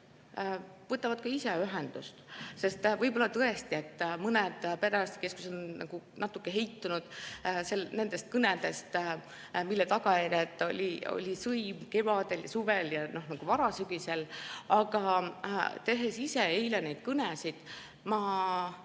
võtavad ka ise ühendust. Võib-olla tõesti on mõned perearstikeskused natuke heitunud kõnedest, mille tagajärjeks oli sõim kevadel, suvel ja varasügisel. Aga tehes ise eile neid kõnesid, ma